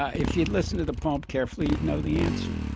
ah if you'd listen to the poem carefully, you'd know the answer.